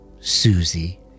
Susie